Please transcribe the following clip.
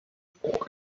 boy